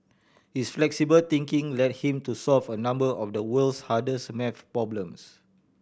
his flexible thinking led him to solve a number of the world's hardest math problems